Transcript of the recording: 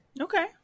okay